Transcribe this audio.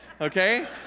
Okay